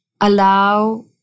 allow